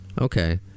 Okay